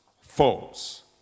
false